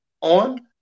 on